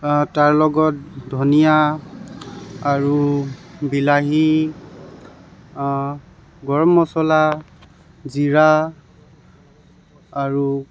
তাৰ লগত ধনীয়া আৰু বিলাহী গৰম মছলা জিৰা আৰু